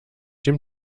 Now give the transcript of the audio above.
dem